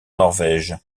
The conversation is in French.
norvège